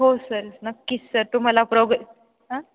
हो सर नक्कीच सर तुम्हाला प्रॉग आं